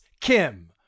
Kim